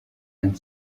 and